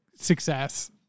success